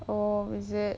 oh is it